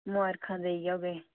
मबारखां देई औगे